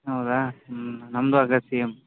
ಹೌದಾ ಹ್ಞೂ ನಮ್ಮದೂ ಅದೆ ಸೇಮ್